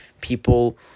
people